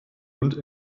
und